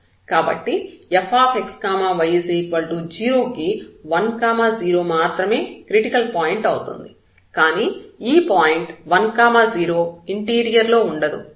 కాబట్టి fxy0 కు 1 0 మాత్రమే క్రిటికల్ పాయింట్ అవుతుంది కానీ ఈ పాయింట్ 1 0 ఇంటీరియర్ లో ఉండదు